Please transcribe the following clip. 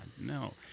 No